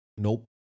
Nope